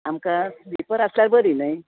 आमकां भितर आसल्यार बरी न्हय